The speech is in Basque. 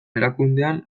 erakundean